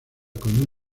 con